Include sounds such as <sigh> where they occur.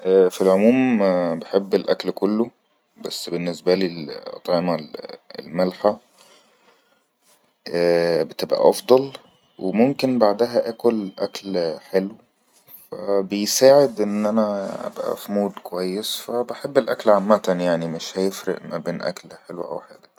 في العموم بحب الأكل كله بس بالنسبالي الأطعمه الملحة <hesitation>